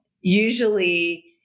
usually